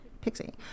Pixie